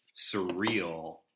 surreal